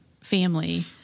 family